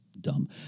dumb